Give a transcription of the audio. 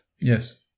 Yes